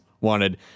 wanted